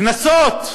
קנסות,